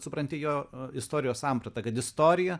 supranti jo istorijos sampratą kad istorija